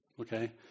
okay